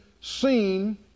seen